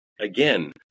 again